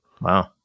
Wow